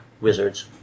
wizards